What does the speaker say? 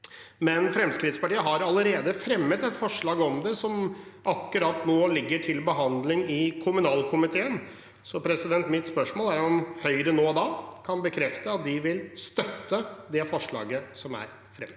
Men Fremskrittspartiet har allerede fremmet et forslag om det som akkurat nå ligger til behandling i kommunalkomiteen, så mitt spørsmål er om Høyre nå kan bekrefte at de vil støtte det forslaget som er fremmet?